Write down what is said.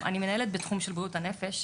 אני מנהלת בתחום של בריאות הנפש.